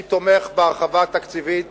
אני תומך בהרחבה התקציבית.